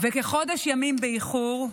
וכחודש ימים באיחור,